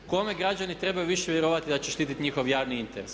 Kome građani trebaju više vjerovati da će štititi njihov javni interes?